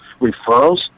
referrals